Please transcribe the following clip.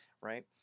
right